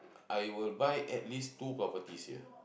I will buy at least two properties here